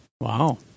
Wow